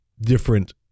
different